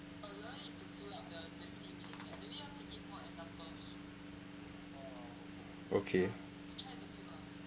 okay